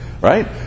Right